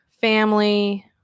family